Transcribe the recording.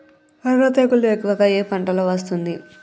ఎర్ర తెగులు ఎక్కువగా ఏ పంటలో వస్తుంది?